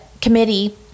committee